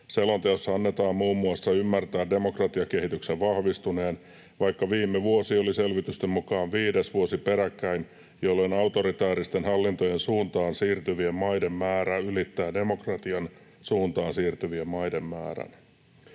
Selonteossa annetaan muun muassa ymmärtää demokratiakehityksen vahvistuneen, vaikka viime vuosi oli selvitysten mukaan viides vuosi peräkkäin, jolloin autoritääristen hallintojen suuntaan siirtyvien maiden määrä ylittää demokratian suuntaan siirtyvien maiden määrän.